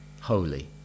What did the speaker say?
holy